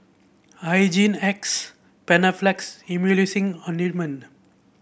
Hygin X Panaflex Emulsying Ointment